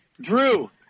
Drew